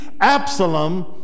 Absalom